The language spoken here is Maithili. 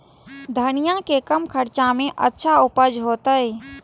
धनिया के कम खर्चा में अच्छा उपज होते?